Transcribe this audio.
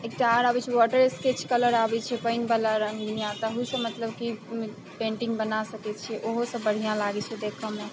एकटा आओर अबै छै वाटर स्केच कलर आबै छै पानिवला रङ्ग ताहूसँ मतलब कि पेन्टिङ्ग बना सकै छिए ओहोसँ बढ़िआँ लागै छै देखऽमे